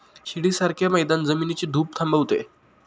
शिडीसारखे मैदान जमिनीची धूप थांबवते